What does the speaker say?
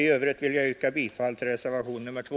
I övrigt vill jag yrka bifall till reservationen 2.